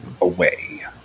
Away